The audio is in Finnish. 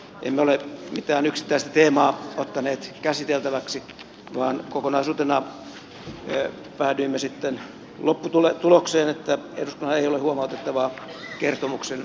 emme ole mitään yksittäistä teemaa ottaneet käsiteltäväksi vaan kokonaisuutena päädyimme sitten lopputulokseen että eduskunnalla ei ole huomautettavaa kertomuksen johdosta